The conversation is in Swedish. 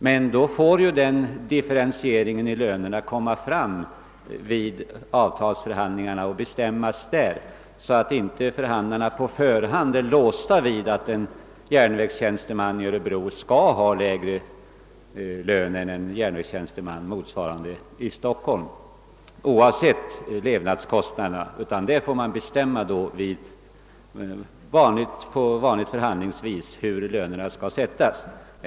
Men den differentieringen av lönerna får bestämmas vid avtalsförhandlingarna, så att inte för handlarna på förhand är låsta av det faktum att en järnvägstjänsteman i Örebro skall ha lägre lön än motsvarande tjänsteman i Stockholm, oavsett levnadskostnaderna. I stället får det på vanligt förhandlingsvis bestämmas hur lönerna skall sättas.